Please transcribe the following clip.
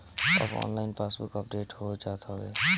अब online passbook update हो जात हवे